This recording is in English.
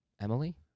Emily